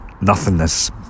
Nothingness